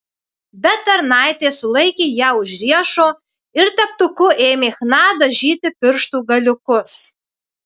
bet tarnaitė sulaikė ją už riešo ir teptuku ėmė chna dažyti pirštų galiukus